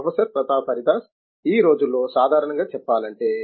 professor Pratap Haridas ఈ రోజుల్లో సాధారణంగా చెప్పాలంటే